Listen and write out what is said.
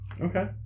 Okay